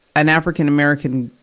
an african-american,